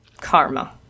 Karma